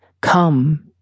Come